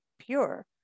pure